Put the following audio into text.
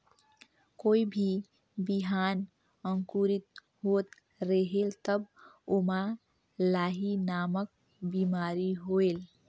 कोई भी बिहान अंकुरित होत रेहेल तब ओमा लाही नामक बिमारी होयल?